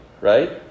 right